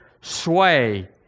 sway